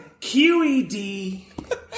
QED